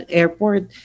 airport